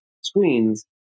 screens